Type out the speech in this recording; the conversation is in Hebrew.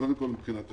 קודם כל מבחינת תשתית.